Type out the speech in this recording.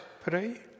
pray